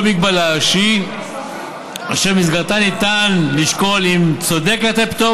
מגבלה שהיא אשר במסגרתה ניתן לשקול אם צודק לתת פטור